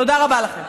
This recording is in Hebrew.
תודה רבה לכם.